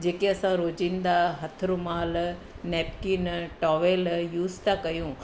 जेके असां रोज़ींदा हथ रूमालु नेपकिन टॉवेल यूज़ था कयूं